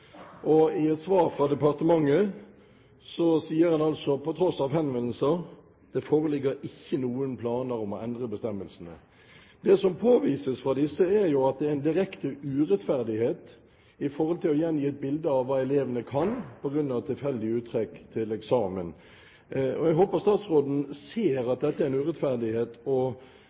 og i et svar fra departementet sier en altså, på tross av henvendelser: Det foreligger ikke noen planer om å endre bestemmelsene. Det som påvises fra disse, er jo at det er en direkte urettferdighet med hensyn til å gjengi et bilde av hva elevene kan, på grunn av tilfeldig uttrekk til eksamen. Jeg håper statsråden ser at dette er en urettferdighet, og